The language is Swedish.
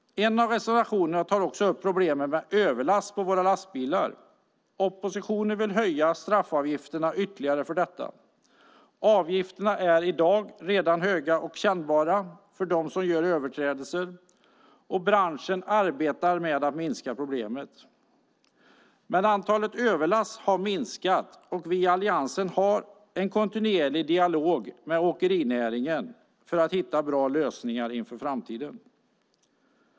En av reservationerna tar också upp problemet med överlast på våra lastbilar. Oppositionen vill höja straffavgifterna för detta ytterligare. Avgifterna är redan i dag höga och kännbara för dem som gör överträdelser. Branschen arbetar med att minska problemet. Antalet överlastningar har minskat, och vi i Alliansen har en kontinuerlig dialog med åkerinäringen för att hitta bra lösningar inför framtiden.